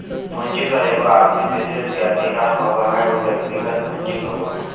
पूंजी पर एगो आदमी विशेष के अधिकार होबो हइ उ व्यक्तिगत पूंजी होबो हइ